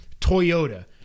Toyota